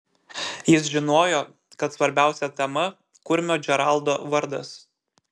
jis žinojo kad svarbiausia tema kurmio džeraldo vardas